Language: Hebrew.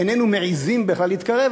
איננו מעזים בכלל להתקרב,